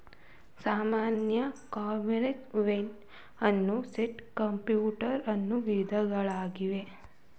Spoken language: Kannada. ಸಾಮಾನ್ಯ ಕಾಂಪೋಸ್ಟಿಂಗ್, ವರ್ಮಿಕ್, ಆನ್ ಸೈಟ್ ಕಾಂಪೋಸ್ಟಿಂಗ್ ಅನ್ನೂ ವಿಧಗಳಿವೆ